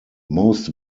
most